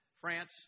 France